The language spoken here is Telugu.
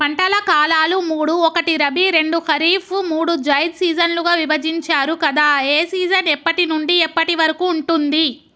పంటల కాలాలు మూడు ఒకటి రబీ రెండు ఖరీఫ్ మూడు జైద్ సీజన్లుగా విభజించారు కదా ఏ సీజన్ ఎప్పటి నుండి ఎప్పటి వరకు ఉంటుంది?